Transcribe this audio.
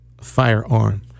firearm